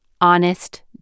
honest